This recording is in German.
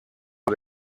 bei